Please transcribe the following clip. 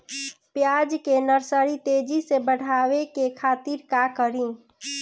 प्याज के नर्सरी तेजी से बढ़ावे के खातिर का करी?